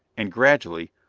and gradually,